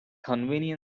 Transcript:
convenience